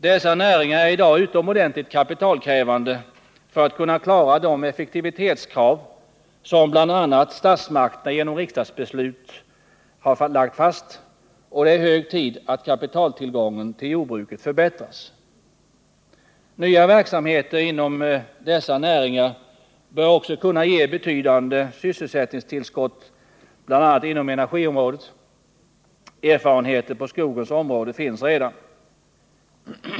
Dessa näringar är i dag utomordentligt kapitalkrävande för att kunna uppfylla de effektivitetskrav som bl.a. statsmakterna genom riksdagsbeslut har lagt fast. Det är hög tid att kapitaltillgången till jordbruket förbättras. Nya verksamheter inom dessa näringar bör också kunna ge betydande tillskott av arbetstillfällen bl.a. inom energiområdet. Erfarenheter på skogens område finns redan.